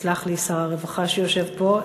יסלח לי שר הרווחה שיושב פה,